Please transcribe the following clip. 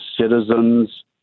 citizens